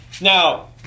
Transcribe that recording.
Now